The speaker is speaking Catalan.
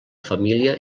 família